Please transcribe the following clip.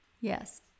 Yes